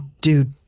dude